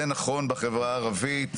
זה נכון בחברה הערבית,